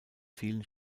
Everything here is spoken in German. vielen